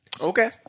Okay